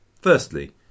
Firstly